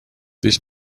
this